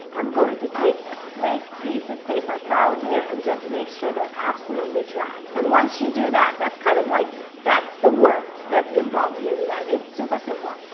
i'm going to take a quick piece of paper towel here and just make sure they're absolutely dry. and once you do that, that's kind of like, that's the work that's involved here, you guys. it's super simple.